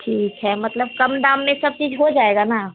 ठीक है मतलब कम दाम में सब चीज हो जाएगा ना